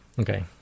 Okay